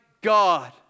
God